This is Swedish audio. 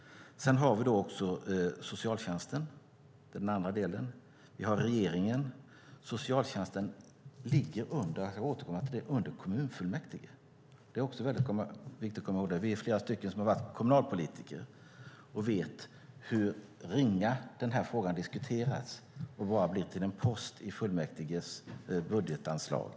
Sedan har vi socialtjänsten. Det är en annan del. Vi har regeringen. Socialtjänsten ligger under - jag ska återkomma till det - kommunfullmäktige. Det är viktigt att komma ihåg det. Vi är flera som har varit kommunalpolitiker och vet hur ringa den här frågan diskuteras och bara blir till en post i fullmäktiges budgetanslag.